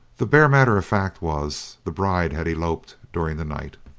the bare matter of fact was, the bride had eloped during the night.